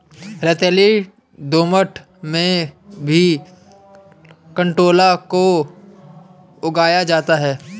रेतीली दोमट में भी कंटोला को उगाया जाता है